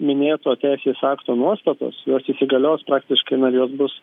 minėto teisės akto nuostatos jos įsigalios praktiškai na ir jos bus